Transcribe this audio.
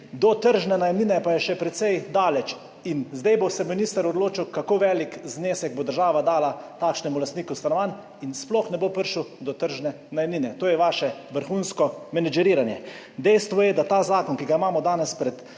do tržne najemnine pa je še precej daleč. In zdaj se bo minister odločil, kako velik znesek bo država dala takšnemu lastniku stanovanj, in sploh ne bo prišel do tržne najemnine. To je vaše vrhunsko menedžeriranje. Dejstvo je, da ta zakon, ki ga imamo danes pred